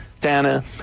Dana